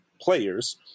players